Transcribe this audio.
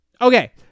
Okay